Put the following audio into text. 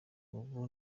ubu